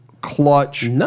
clutch